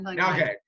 Okay